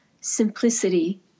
simplicity